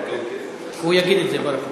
הוא יגיד את זה.